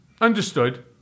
Understood